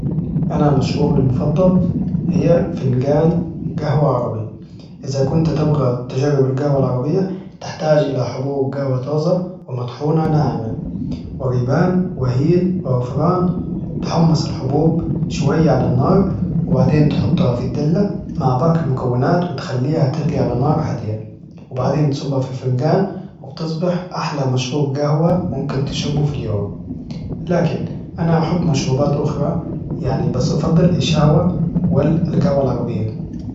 أنا مشروبي المفضل هي فنجان جهوة عربي إذا كنت تبغى تجرب الجهوة العربية تحتاج إلى حبوب جهوة طازة ومطحونة ناعما وريبان وهيل وغفران تحمص الحبوب شوية على النار وبعدين تحطها في الدلة مع باقي المكونات وتخليها تغلي على نار هاديه وبعدين تصبها في الفنجان وبتصبح أحلى مشروب جهوة ممكن تشربه في اليوم لكن أنا أحب مشروبات أخرى يعني بس أفضل الشهوه والجهوه العربيه